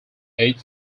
eight